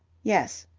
yes.